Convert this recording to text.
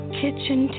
kitchen